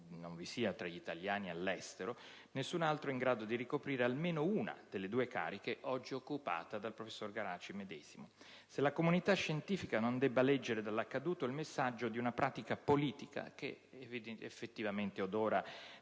in Italia, o tra gli italiani all'estero, nessun altro in grado di ricoprire almeno una delle due cariche oggi occupate dal professor Garaci medesimo e se la comunità scientifica non debba leggere dall'accaduto il messaggio di una pratica politica che effettivamente odora